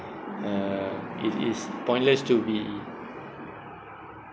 uh it is pointless to be